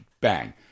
bang